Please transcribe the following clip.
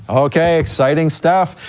okay, exciting stuff.